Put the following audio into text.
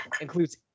includes